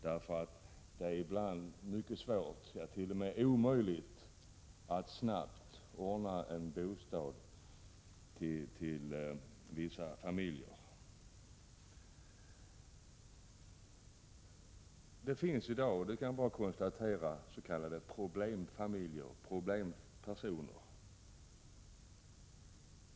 Ibland är det mycket svårt, ja, t.o.m. omöjligt, att snabbt ordna en bostad åt vissa familjer. Herr talman! Det är bara att konstatera att det finns s.k. problemfamiljer och problempersoner.